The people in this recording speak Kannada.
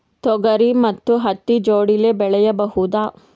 ತೊಗರಿ ಮತ್ತು ಹತ್ತಿ ಜೋಡಿಲೇ ಬೆಳೆಯಬಹುದಾ?